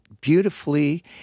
beautifully